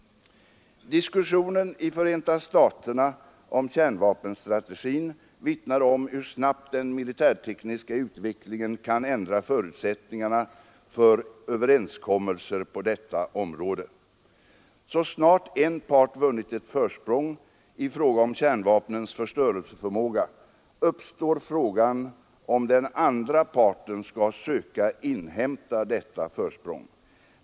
Diskussionen i Förehta staterna om kärnvapenstrategin vittnar om hur snabbt den militärtekniska utvecklingen kan ändra förutsättningarna för överenskommelser på detta område. Så snart en part vunnit ett försprång i fråga om kärnvapnens förstörelseförmåga, uppstår frågan om den andra parten skall söka inhämta detta försprång.